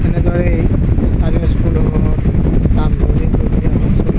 এনেদৰেই স্থানীয় স্কুলসমূহত নামভৰ্তি প্ৰক্ৰিয়া অনুষ্ঠিত হয়